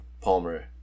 Palmer